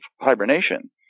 hibernation